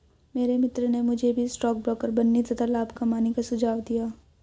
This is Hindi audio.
मेरे मित्र ने मुझे भी स्टॉक ब्रोकर बनने तथा लाभ कमाने का सुझाव दिया